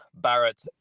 Barrett